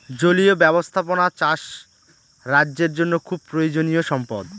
জলীয় ব্যাবস্থাপনা চাষ রাজ্যের জন্য খুব প্রয়োজনীয়ো সম্পদ